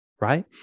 Right